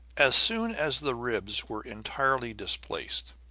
as soon as the ribs were entirely displaced,